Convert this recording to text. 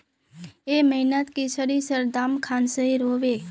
ए महीनात की सरिसर दाम खान सही रोहवे?